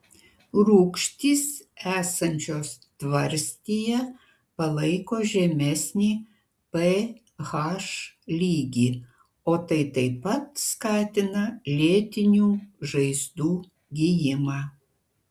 rūgštys esančios tvarstyje palaiko žemesnį ph lygį o tai taip pat skatina lėtinių žaizdų gijimą